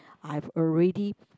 I've already